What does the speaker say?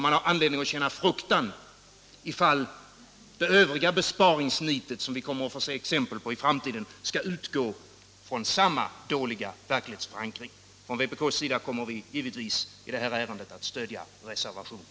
Man har anledning att känna fruktan ifall det övriga besparingsnitet, som vi kommer att få se exempel på i framtiden, skall utgå från samma dåliga verklighets förankring. Från vpk:s sida kommer vi givetvis i detta ärende att stödja reser vationen.